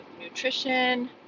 nutrition